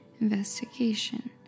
Investigation